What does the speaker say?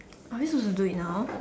are we supposed to do it now